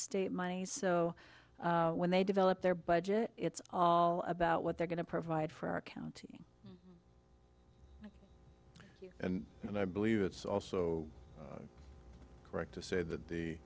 state monies so when they develop their budget it's all about what they're going to provide for our county and and i believe it's also correct to say that the